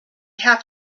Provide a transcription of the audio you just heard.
have